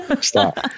stop